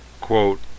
Quote